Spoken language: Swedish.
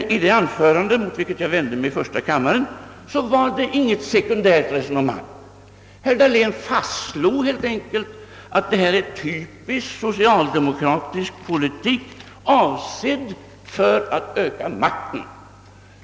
I det anförande som jag vände mig emot i första kammaren var det emellertid inget sekundärt resonemang. Herr Dahlén slog där helt enkelt fast att detta var typiskt socialdemokratisk politik, avsedd att öka vår makt.